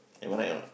am I right or not